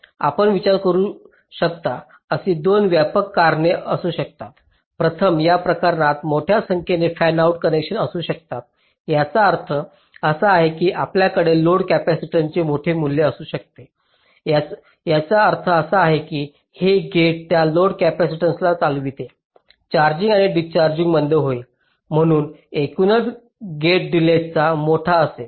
आपण विचार करू शकता अशी 2 व्यापक कारणे असू शकतात प्रथम या प्रकरणात मोठ्या संख्येने फॅनआउट कनेक्शन असू शकतात याचा अर्थ असा आहे की आपल्याकडे लोड कॅपेसिटन्सचे मोठे मूल्य असू शकते याचा अर्थ असा आहे की हे गेट त्या लोड कॅपेसिटन्सला चालविते चार्जिंग आणि डिस्चार्जिंग मंद होईल म्हणून एकूणच गेटचा डिलेज मोठा असेल